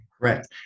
correct